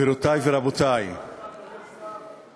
הכנסת מוכרחה לדון בסוגיה הזאת עד הסוף,